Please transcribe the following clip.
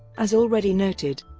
as already noted,